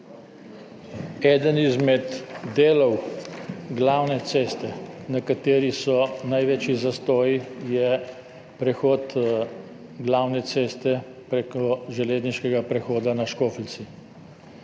Eden izmed delov glavne ceste, na kateri so največji zastoji, je prehod glavne ceste preko železniškega prehoda na Škofljici.